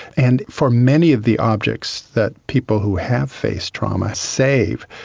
and for many of the objects that people who have faced trauma save,